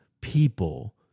people